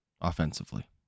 Offensively